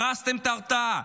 הרסתם את ההרתעה,